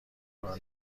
کار